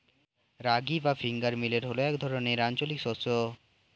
রাগী বা finger millet হল এক ধরনের আঞ্চলিক শস্য